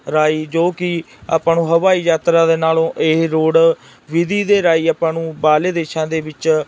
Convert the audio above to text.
ਰਾਹੀਂ ਜੋ ਕਿ ਆਪਾਂ ਨੂੰ ਹਵਾਈ ਯਾਤਰਾ ਦੇ ਨਾਲੋਂ ਇਹ ਰੋਡ ਵਿਧੀ ਦੇ ਰਾਹੀਂ ਆਪਾਂ ਨੂੰ ਬਾਹਰਲੇ ਦੇਸ਼ਾਂ ਦੇ ਵਿੱਚ